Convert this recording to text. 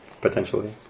potentially